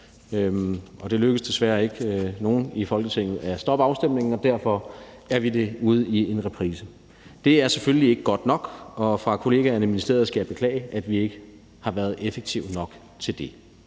Det lykkedes desværre ikke nogen i Folketinget at stoppe afstemningen, og derfor er vi ude i en reprise. Det er selvfølgelig ikke godt nok, og fra kollegaerne i ministeriet skal jeg beklage, at vi ikke har været effektive nok til det.